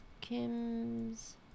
Kim's